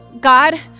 God